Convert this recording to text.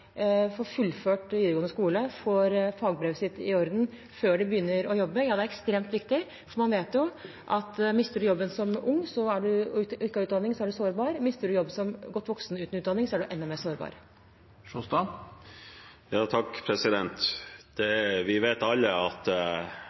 får fagbrevet sitt i orden før de begynner å jobbe, er ekstremt viktig. For man vet at mister man jobben som ung og ikke har utdanning, er man sårbar. Mister man jobben godt voksen uten utdanning, er man enda mer sårbar. Vi vet alle at nedgangen i oljeprisen rammet mange veldig hardt. Jeg er veldig glad for at